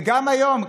וגם היום,